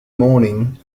morning